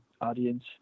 audience